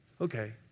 okay